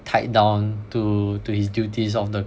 tied down to to his duties of the